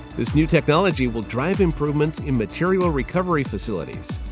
this new technology will drive improvements in material recovery facilities.